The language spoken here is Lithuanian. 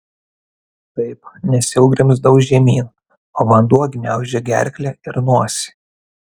taip nes jau grimzdau žemyn o vanduo gniaužė gerklę ir nosį